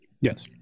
Yes